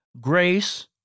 grace